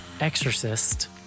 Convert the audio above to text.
Exorcist